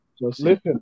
Listen